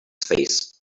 face